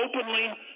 openly